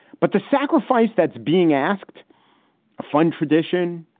but the sacrifice that's being asked a fund tradition,